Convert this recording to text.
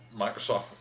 Microsoft